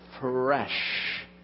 fresh